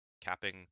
capping